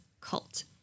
cult